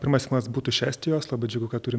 pirmas filmas būtų iš estijos labai džiugu kad turim